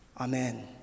Amen